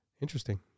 interesting